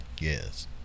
Yes